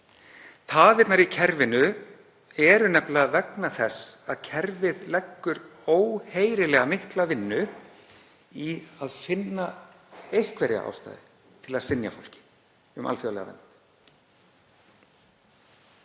Tafirnar í kerfinu eru nefnilega vegna þess að kerfið leggur óheyrilega mikla vinnu í að finna einhverja ástæðu til að synja fólki um alþjóðlega vernd.